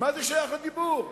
מה זה שייך לדיבור?